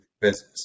business